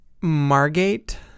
Margate